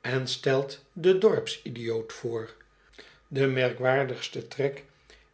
en stelt den dorps idioot voor de merkwaardigste trek